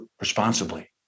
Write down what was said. responsibly